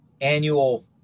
annual